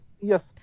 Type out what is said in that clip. Yes